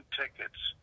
tickets